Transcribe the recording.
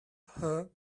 her